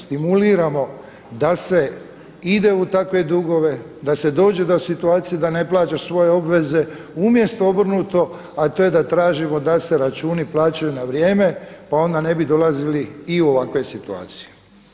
Stimuliramo da se ide u takve dugove, da se dođe do situacije da ne plaćaš svoje obveze umjesto obrnuto, a to je da tražimo da se računi plaćaju na vrijeme pa onda ne bi dolazili i u ovakve situacije.